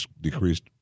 decreased